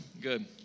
good